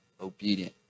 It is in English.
obedient